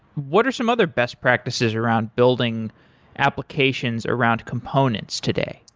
what are some other best practices around building applications around components today?